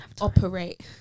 operate